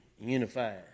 unified